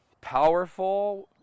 powerful